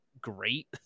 great